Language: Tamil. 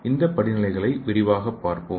இந்தப் படி நிலைகளை விரிவாகப் பார்ப்போம்